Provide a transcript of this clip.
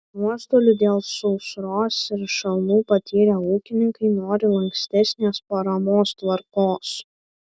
nuostolių dėl sausros ir šalnų patyrę ūkininkai nori lankstesnės paramos tvarkos